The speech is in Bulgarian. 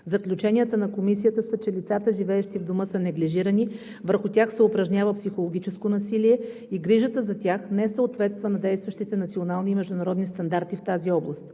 Заключенията на Комисията са, че лицата, живеещи в Дома, са неглижирани, върху тях се упражнява психологическо насилие и грижата за тях не съответства на действащите национални и международни стандарти в тази област.